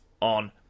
on